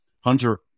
Hunter